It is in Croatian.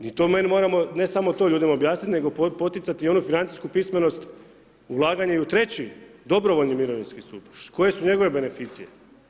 Mi to moramo, ne samo to ljudima objasniti, nego poticati onu financijsku pismenost ulaganje i u treći dobrovoljni i mirovinski stup, koje su njegove beneficije?